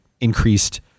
increased